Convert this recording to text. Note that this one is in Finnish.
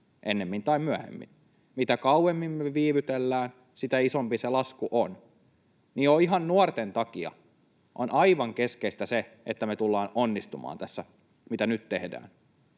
ennemmin tai myöhemmin. Mitä kauemmin me viivytellään, sitä isompi se lasku on. Jo ihan nuorten takia on aivan keskeistä se, että me tullaan onnistumaan tässä, mitä nyt tehdään.